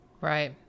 Right